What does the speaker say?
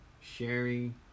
Sharing